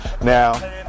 Now